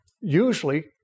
usually